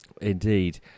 Indeed